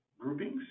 groupings